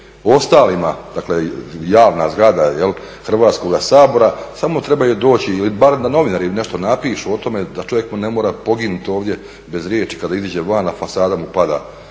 ostalima, dakle javna zgrada Hrvatskoga sabora, smo trebaju doći ili bar da novinari nešto napišu o tome da čovjek ne mora poginuti ovdje bez riječi kada iziđe van, a fasada mu pada